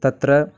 तत्र